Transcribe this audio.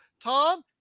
tom